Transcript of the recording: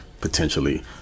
potentially